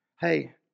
Hey